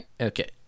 Okay